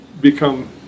become